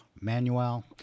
Manuel